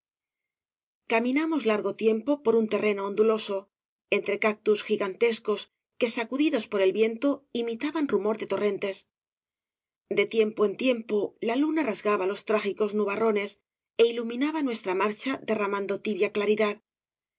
caminamos largo tiempo por un terreno onduloso entre cactus gigantescos que sacudidos por el viento imitaban rumor de torrentes de tiempo en tiempo la luna rasgaba los trágicos nubarrones é iluminaba nuestra marcha derramando tibia claridad